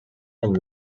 and